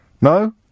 No